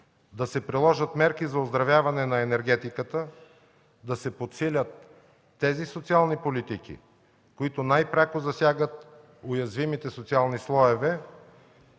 да се приложат мерки за оздравяване на енергетиката, да се подсилят тези социални политики, които най-пряко засягат уязвимите социални слоеве,